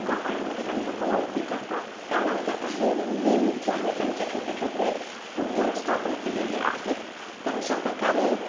कंपण्यांमध्ये काही लोकं नोकरी करतात त्यानंतर काहींनी जे आहे त्यांचे छोटे छोटे उद्योग स्थापन केलेले आहेत तर अशा प्रकारे